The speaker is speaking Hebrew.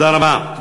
תודה רבה.